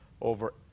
over